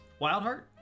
Wildheart